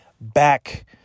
back